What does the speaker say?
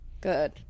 Good